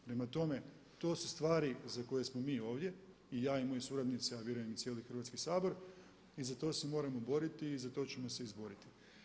Prema tome, to su stvari za koje smo mi ovdje i ja i moji suradnici, a vjerujem i cijeli Hrvatski sabor i za to se moramo boriti i za to ćemo se izboriti.